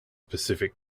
pacific